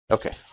Okay